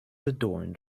adorned